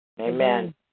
Amen